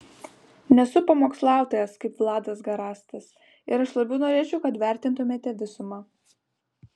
nesu pamokslautojas kaip vladas garastas ir aš labiau norėčiau kad vertintumėte visumą